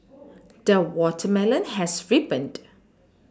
the watermelon has ripened